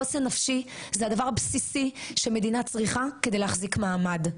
חוסן נפשי זה הדבר הבסיסי שמדינה צריכה כדי להחזיק מעמד.